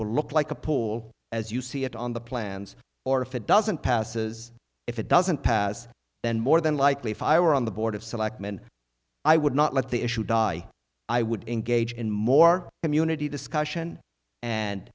look like a poor as you see it on the plans or if it doesn't passes if it doesn't pass then more than likely if i were on the board of selectmen i would not let the issue die i would engage in more community discussion and